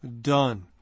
done